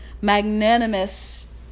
magnanimous